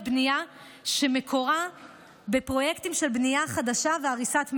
בנייה שמקורה בפרויקטים של בנייה חדשה והריסת מבנים.